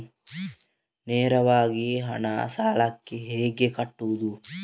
ನೇರವಾಗಿ ಹಣ ಸಾಲಕ್ಕೆ ಹೇಗೆ ಕಟ್ಟುವುದು?